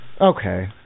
Okay